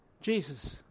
Jesus